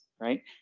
right